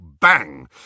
bang